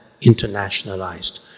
internationalized